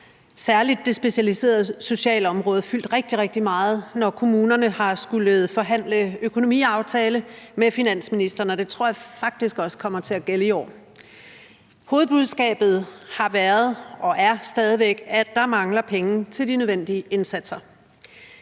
særlig det specialiserede socialområde fyldt rigtig, rigtig meget, når kommunerne har skullet forhandle økonomiaftale med finansministeren, og det tror jeg faktisk også kommer til at gælde i år. Hovedbudskabet har været og er stadig væk, at der mangler penge til de nødvendige indsatser.